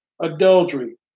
adultery